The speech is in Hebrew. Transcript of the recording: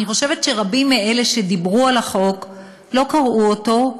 אני חושבת שרבים מאלה שדיברו על החוק לא קראו אותו,